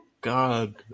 god